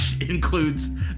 includes